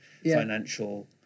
financial